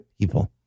people